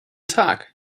tag